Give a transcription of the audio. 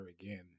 again